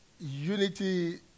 Unity